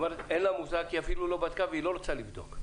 היא אומרת שאין לה מושג כי היא אפילו לא בדקה ולא רוצה לבדוק.